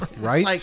right